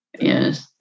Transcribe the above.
Yes